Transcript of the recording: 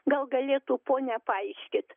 gal galėtų ponia paaiškint